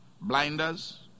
blinders